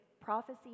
prophecy